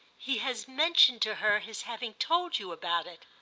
he has mentioned to her his having told you about it.